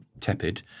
tepid